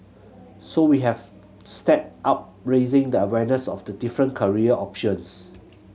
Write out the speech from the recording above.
so we have stepped up raising the awareness of the different career options